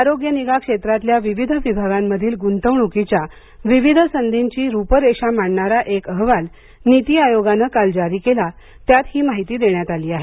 आरोग्यानिगा क्षेत्रातल्या विविध विभागांमधील गुंतवणूकीच्या विविध संधींची रुपरेषा मांडणारा एक अहवाल नीति आयोगानं काल जारी केला त्यात ही माहिती देण्यात आली आहे